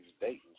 dating